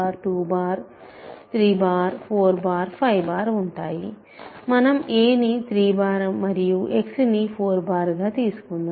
5 ఉంటాయి మనం a ని 3 మరియు x ని 4గా తీసుకుందాం